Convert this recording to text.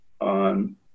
on